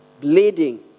bleeding